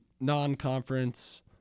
non-conference